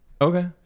okay